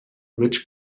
which